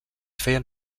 feien